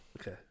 Okay